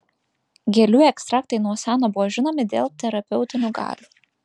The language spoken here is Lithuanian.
gėlių ekstraktai nuo seno buvo žinomi dėl terapeutinių galių